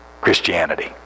Christianity